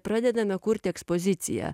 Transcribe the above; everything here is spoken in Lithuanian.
pradedame kurt ekspoziciją